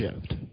shift